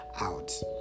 out